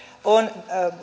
on